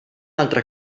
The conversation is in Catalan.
altre